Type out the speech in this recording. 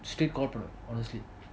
straight call பண்ணு:pannu honestly